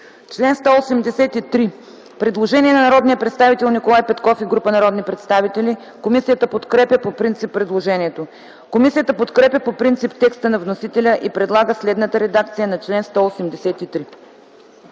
чл. 186 има предложение на Николай Петков и група народни представители. Комисията подкрепя по принцип предложението. Комисията подкрепя по принцип текста на вносителя и предлага следната редакция на чл. 186: